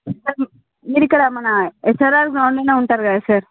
sir మీరు ఇక్కడ మన ఎస్ఆర్ఆర్ గ్రౌండ్ లోనే ఉంటారు కదా సార్